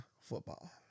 football